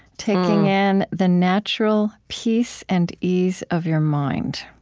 taking in the natural peace and ease of your mind.